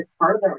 further